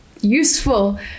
useful